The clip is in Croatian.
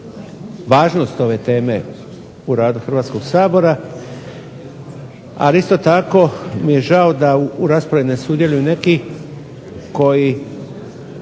važnost ove teme u radu Hrvatskog sabora, ali isto tako mi je žao da u raspravi ne sudjeluju i neki koji